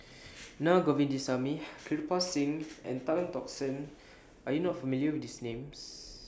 Na Govindasamy Kirpal Singh and Tan Tock San Are YOU not familiar with These Names